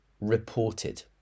reported